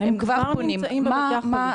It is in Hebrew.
הם כבר נמצאים בבתי החולים.